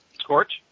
Scorch